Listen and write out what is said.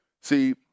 See